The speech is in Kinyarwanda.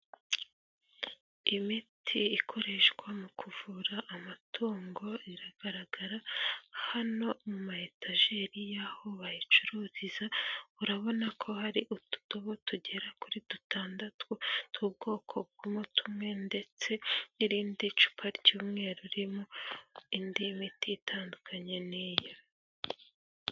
imiti ikoreshwa mu kuvura amatungo iragaragara hano mu mama etageri y'aho bayicururiza. Urabona ko hari utudobo tugera kuri dutandatu tw'ubwoko ndetse n'irindi cupa ry'umweru ririmo indi miti itandukanye n'iyo.